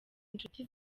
inshuti